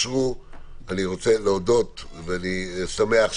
בוקר טוב לכולם, אני פותח את הישיבה.